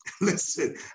listen